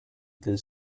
del